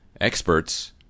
Experts